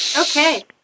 Okay